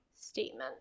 statement